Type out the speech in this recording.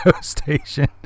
station